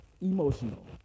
emotional